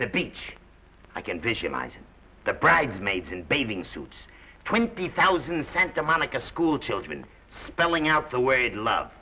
the beach i can visualize the bridesmaids in bathing suits twenty thousand sent to monica schoolchildren spelling out the way